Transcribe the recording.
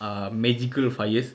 are magical fires